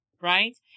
right